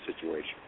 situation